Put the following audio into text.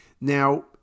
Now